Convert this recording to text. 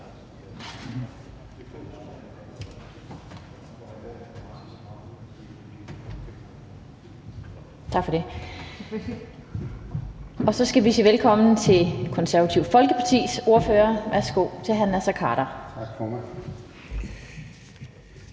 Tak for det. Så skal vi sige velkommen til Det Konservative Folkepartis ordfører. Værsgo til hr. Naser Khader. Kl.